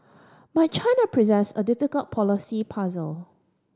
but China presents a difficult policy puzzle